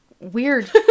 weird